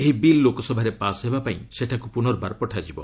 ଏହି ବିଲ୍ ଲୋକସଭାରେ ପାସ୍ ହେବାପାଇଁ ସେଠାକୁ ପୁନର୍ବାର ପଠାଯିବ